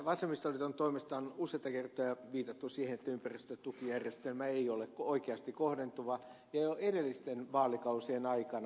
vasemmistoliiton toimesta on useita kertoja viitattu siihen että ympäristötukijärjestelmä ei ole oikeasti kohdentuva jo edellisten vaalikausien aikana